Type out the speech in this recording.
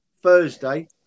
Thursday